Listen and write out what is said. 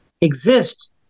exist